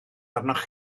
arnoch